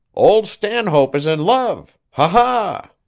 old stanhope is in love. ha,